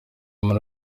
muri